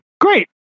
Great